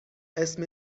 اسم